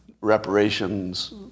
reparations